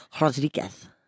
Rodriguez